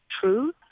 true